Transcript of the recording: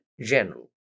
general